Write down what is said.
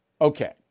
Okay